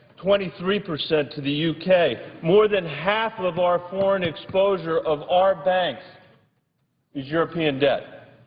twenty three percent to the u k. more than half of our foreign exposure of our banks is european debt,